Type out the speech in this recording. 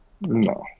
no